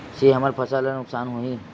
से हमर फसल ला नुकसान होही?